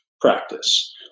Practice